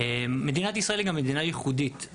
מדינת ישראל היא גם מדינה ייחודית,